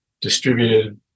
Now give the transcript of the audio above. distributed